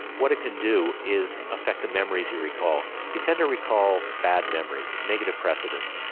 what it can do is affect the memories you recall. you tend to recall bad memories, negative precedence,